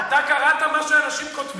אתה קראת מה שאנשים כותבים?